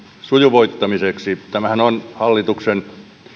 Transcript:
sujuvoittamiseksi tämähän on hallituksen